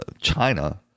China